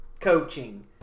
coaching